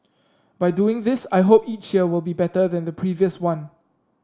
by doing this I hope each year will be better than the previous one